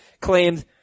claimed